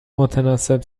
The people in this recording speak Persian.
متناسب